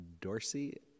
Dorsey